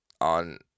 on